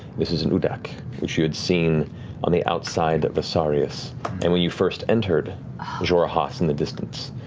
this is an udaak, which you had seen on the outside of asarius and when you first entered xhorhas in the distance.